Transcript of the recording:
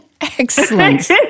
Excellent